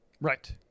Right